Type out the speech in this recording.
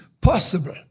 possible